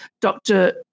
Dr